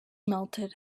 melted